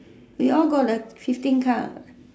we all got the fifteen cards what